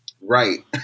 right